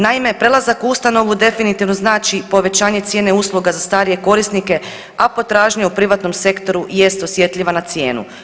Naime, prelazak u ustanovu definitivno znači povećanje cijene usluga za starije korisnike, a potražnja u privatnom sektoru jest osjetljiva na cijenu.